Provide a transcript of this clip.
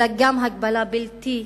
אלא גם הגבלה בלתי חוקית.